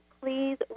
please